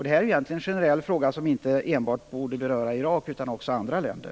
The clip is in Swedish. Detta är en generell fråga som inte enbart borde beröra Irak utan också andra länder.